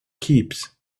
keeps